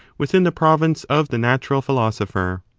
within the province of the natural philosopher.